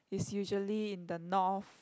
is usually in the North